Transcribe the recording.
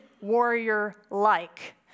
warrior-like